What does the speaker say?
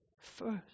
first